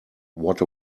what